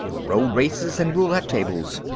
road races and roulette tables.